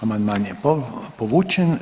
Amandman je povučen.